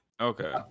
Okay